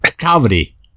comedy